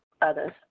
others